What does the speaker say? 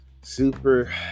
Super